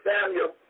Samuel